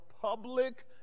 public